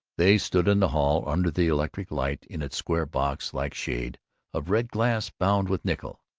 they stood in the hall, under the electric light in its square box-like shade of red glass bound with nickel.